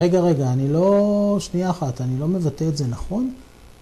רגע, רגע, אני לא... שנייה אחת, אני לא מבטא את זה נכון?